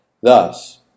thus